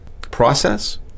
process